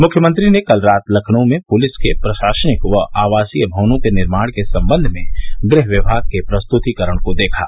मुख्यमंत्री ने कल रात लखनऊ में पुलिस के प्रशासनिक व आवासीय भवनों के निर्माण के संबंध में गृह विभाग के प्रस्तृतिकरण को देखा